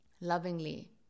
Lovingly